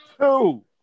Two